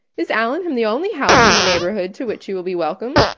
is allenham the only house in the neighbourhood to which you will be welcome?